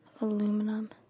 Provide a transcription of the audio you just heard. aluminum